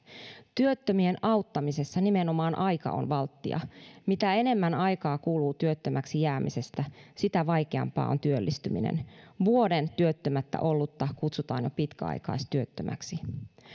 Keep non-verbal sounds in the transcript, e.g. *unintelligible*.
työttömien auttamisessa nimenomaan aika on valttia mitä enemmän aikaa kuluu työttömäksi jäämisestä sitä vaikeampaa on työllistyminen vuoden työttömänä ollutta kutsutaan jo pitkäaikaistyöttömäksi *unintelligible* *unintelligible*